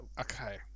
okay